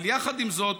אבל יחד עם זאת,